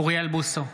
אוריאל בוסו,